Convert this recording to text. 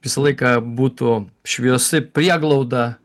visą laiką būtų šviesi prieglauda